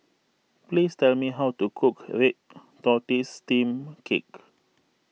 please tell me how to cook Red Tortoise Steamed Cake